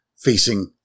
facing